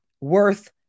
worth